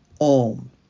Om